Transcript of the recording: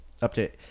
update